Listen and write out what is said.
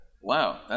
Wow